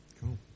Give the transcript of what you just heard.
Cool